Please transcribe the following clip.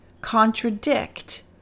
contradict